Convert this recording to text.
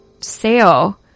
sale